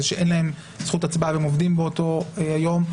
אין להם זכות הצבעה והם עובדים באותו היום,